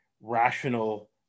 rational